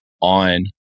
on